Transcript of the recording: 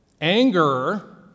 Anger